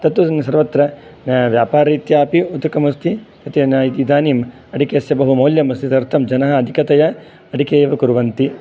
तत्र सर्वत्र व्यापारः इत्यपि उद्धकम् अस्ति इति इदानीम् अडिकेस्य बहुमौल्यमस्ति तदर्थं जनाः अधिकतया अडिके एव कुर्वन्ति